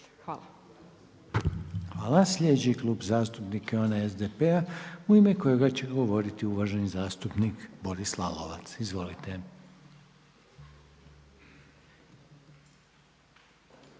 Željko (HDZ)** Sljedeći Klub zastupnika je onaj HDZ-a u ime kojeg će govoriti uvaženi zastupnik Ivan Šuker. Izvolite.